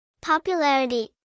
Popularity